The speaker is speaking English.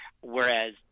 whereas